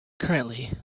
currently